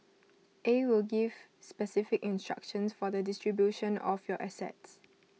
A will gives specific instructions for the distribution of your assets